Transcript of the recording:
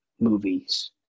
movies